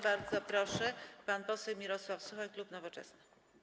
Bardzo proszę, pan poseł Mirosław Suchoń, klub Nowoczesna.